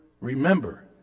remember